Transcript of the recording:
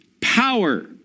Power